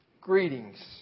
greetings